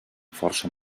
força